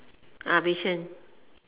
ah vision